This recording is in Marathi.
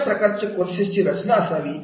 अशा प्रकारची कोर्सची रचना असावी